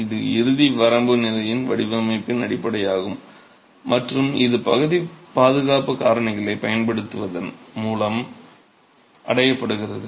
இது இறுதி வரம்பு நிலையில் வடிவமைப்பின் அடிப்படையாகும் மற்றும் இது பகுதி பாதுகாப்பு காரணிகளைப் பயன்படுத்துவதன் மூலம் அடையப்படுகிறது